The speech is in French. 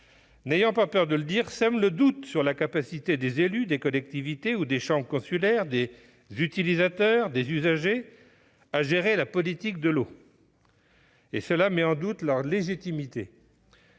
n'ayons pas peur de le dire ! -sèment le doute sur la capacité des élus, des collectivités, des chambres consulaires, des utilisateurs et des usagers à gérer la politique de l'eau, mettant en cause leur légitimité.